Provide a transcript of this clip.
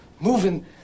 moving